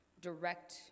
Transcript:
direct